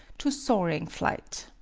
to soaring flight.